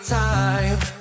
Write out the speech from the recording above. time